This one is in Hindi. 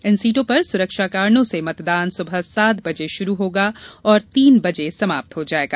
इन सीटो पर सुरक्षा कारणों से मतदान सुबह सात बजे शुरू होगा और और तीन बजे समाप्त हो जायेगा